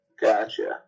Gotcha